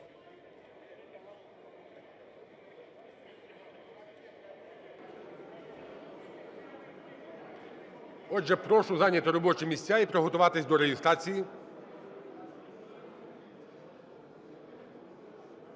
Отже, прошу зайняти робочі місця і приготуватись до реєстрації.